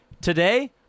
Today